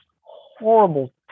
horrible